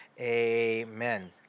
amen